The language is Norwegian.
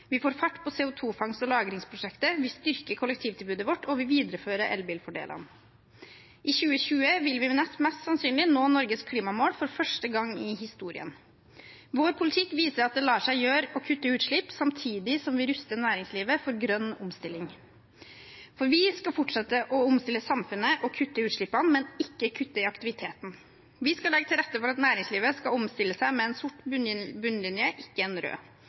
Vi får fart på CO 2 -fangst og -lagringsprosjektet, vi styrker kollektivtilbudet vårt, og vi viderefører elbilfordelene. I 2020 vil vi mest sannsynlig nå Norges klimamål for første gang i historien. Vår politikk viser at det lar seg gjøre å kutte utslipp samtidig som vi ruster næringslivet for grønn omstilling. Vi skal fortsette å omstille samfunnet og kutte i utslippene, men ikke kutte i aktiviteten. Vi skal legge til rette for at næringslivet skal omstille seg med en sort bunnlinje, ikke en rød.